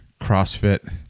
crossfit